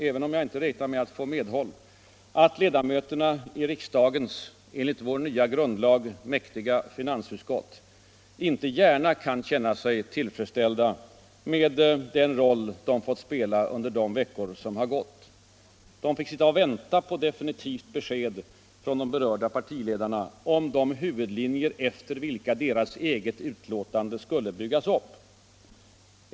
Även om jag inte räknar med att få medhåll, föreställer jag mig bl.a. att ledamöterna i riksdagens enligt vår nya grundlag mäktiga finansutskott inte gärna kan känna sig tillfredsställda med den roll som de har fått spela under de veckor som gått. De fick sitta och vänta på definitivt besked från de berörda partiledarna om de huvudlinjer efter vilka utskottets betänkande skulle byggas upp.